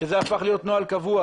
שזה הפך להיות נוהל קבוע.